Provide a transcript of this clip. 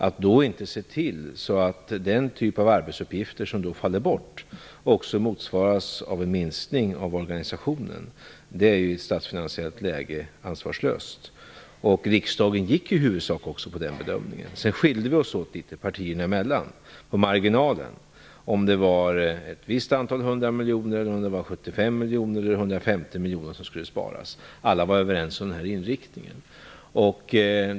Att då inte se till att arbetsuppgifter som faller bort motsvaras av en minskning av organisationen är i dagens statsfinansiella läge ansvarslöst. Riksdagen gjorde i huvudsak den bedömningen. Sedan skilde vi oss åt partierna emellan på marginalen - om det var 75 miljoner eller 150 miljoner som skulle sparas. Alla var överens om inriktningen.